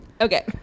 Okay